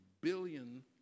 billion